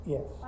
Yes